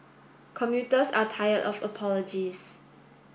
commuters are tired of apologies